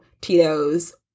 Tito's